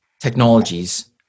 technologies